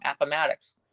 Appomattox